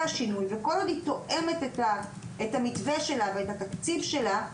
שינויים וכל עוד היא תואמת את המתווה ואת התקציב שלה,